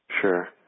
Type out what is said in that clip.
Sure